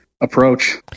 approach